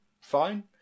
fine